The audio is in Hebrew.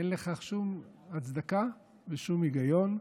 אין בכך שום הצדקה ושום היגיון,